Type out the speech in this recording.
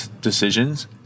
decisions